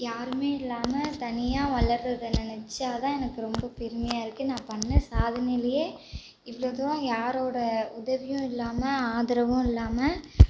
யாருமே இல்லாமல் தனியாக வளர்றதை நினச்சா தான் எனக்கு ரொம்ப பெருமையாருக்குது நான் பண்ண சாதனையில் இவ்வளோ தூரம் யாரோட உதவியும் இல்லாமல் ஆதரவும் இல்லாமல்